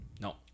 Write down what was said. No